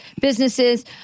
businesses